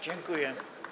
Dziękuję.